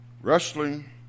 wrestling